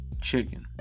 chicken